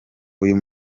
uyu